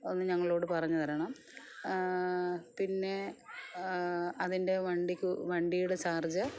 ഒന്നു ഞങ്ങളോട് പറഞ്ഞു തരണം പിന്നെ അതിൻ്റെ വണ്ടിക്ക് വണ്ടിയുടെ ചാർജ്ജ്